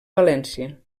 valència